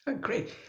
Great